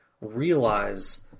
realize